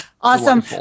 Awesome